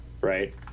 Right